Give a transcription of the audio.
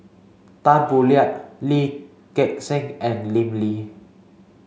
Tan Boo Liat Lee Gek Seng and Lim Lee